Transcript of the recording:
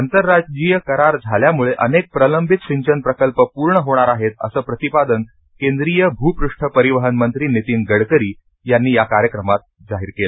आंतरराज्यीय करारज्ञाल्यामुळे अनेक प्रलंबित सिंचन प्रकल्प पूर्ण होणार आहेत असं प्रतिपादन केंद्रीय भुपृष्ठ परिवहन मंत्री नितीन गडकरी यांनी या कार्यक्रमात केलं